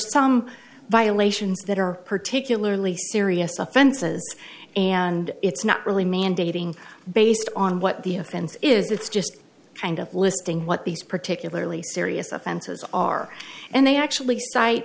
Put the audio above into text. some violations that are particularly serious offenses and it's not really mandating based on what the offense is it's just kind of listing what these particularly serious offenses are and they actually cite